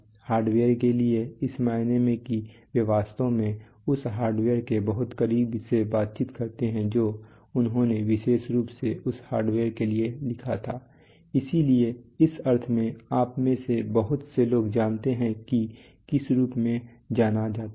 hardware के लिए इस मायने में कि वे वास्तव में उस हार्डवेयर के बहुत करीब से बातचीत करते हैं जो उन्होंने विशेष रूप से उस हार्डवेयर के लिए लिखा था इसलिए इस अर्थ में आप में से बहुत से लोग जानते हैं कि किस रूप में जाना जाता है